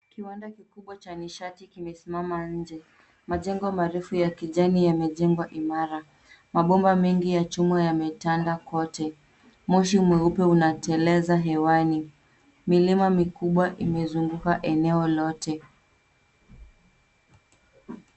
Kiwanda kikubwa cha nishati kimesimama nje. Majengo marefu ya kijani yamejengwa imara. Mabomba mengi ya chuma yametanda kote. Moshi mweupe unateleza hewani. Milima mikubwa imezunguka eneo lote.